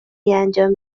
انجام